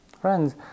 Friends